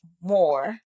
more